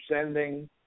sending